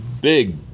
big